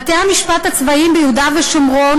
מערכת בתי-המשפט הצבאיים ביהודה ושומרון